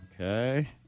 Okay